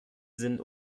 sind